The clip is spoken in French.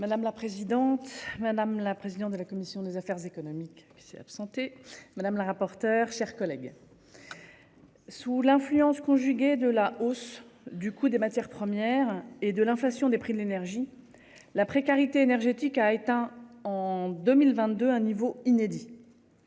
Madame la présidente, madame la présidente de la commission des affaires économiques qui s'est absenté madame la rapporteure, chers collègues. Sous l'influence conjuguée de la hausse du coût des matières premières et de l'inflation des prix de l'énergie. La précarité énergétique a éteint en 2022, un niveau inédit.